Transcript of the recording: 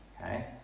Okay